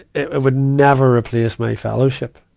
it would never replace my fellowship.